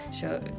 show